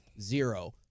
zero